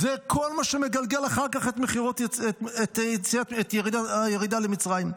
זה כל מה שמגלגל אחר כך את הירידה למצרים.